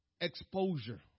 exposure